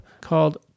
called